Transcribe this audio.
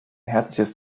herzliches